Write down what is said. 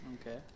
Okay